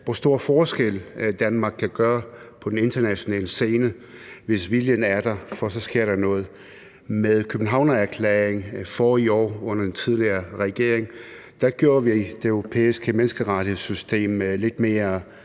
hvor stor forskel Danmark kan gøre på den internationale scene, hvis viljen er der, for så sker der noget. Med Københavnererklæringen forrige år under den tidligere regering gjorde vi det europæiske menneskerettighedssystem lidt mere